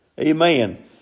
Amen